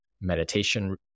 meditation